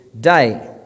day